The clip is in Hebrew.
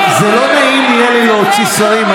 זה לא יהיה נעים להוציא שרים.